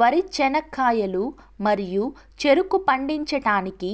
వరి, చెనక్కాయలు మరియు చెరుకు పండించటానికి